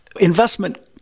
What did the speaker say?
investment